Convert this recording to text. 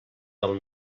del